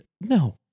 no